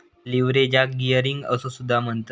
लीव्हरेजाक गियरिंग असो सुद्धा म्हणतत